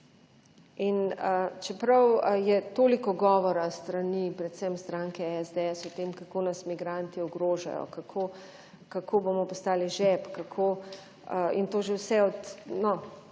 In čeprav je toliko govora s strani predvsem stranke SDS tem, kako nas migranti ogrožajo, kako, kako bomo postali žep, kako in to že vse od, no,